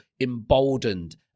emboldened